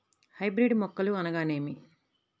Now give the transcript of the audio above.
Hybrid మొక్కలు అనగానేమి?